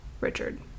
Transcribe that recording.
Richard